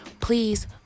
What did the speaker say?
please